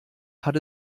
hat